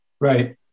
Right